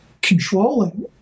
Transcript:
controlling